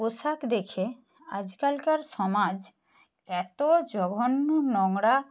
পোশাক দেখে আজকালকার সমাজ এতো জঘন্য নোংরা